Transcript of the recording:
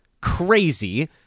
crazy